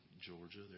Georgia